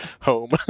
home